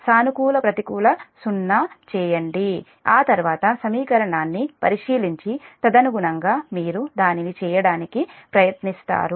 సానుకూల ప్రతికూల సున్నా చేయండి ఆ తర్వాత సమీకరణాన్ని పరిశీలించి తదనుగుణంగా మీరు దానిని చేయడానికి ప్రయత్నిస్తారు